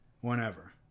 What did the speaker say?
whenever